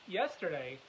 yesterday